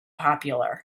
popular